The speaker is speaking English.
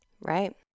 Right